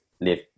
live